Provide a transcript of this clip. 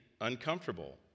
uncomfortable